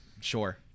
Sure